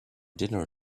dinner